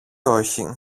όχι